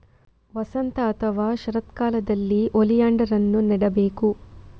ವಸಂತ ಅಥವಾ ಶರತ್ಕಾಲದಲ್ಲಿ ಓಲಿಯಾಂಡರ್ ಅನ್ನು ನೆಡಬೇಕು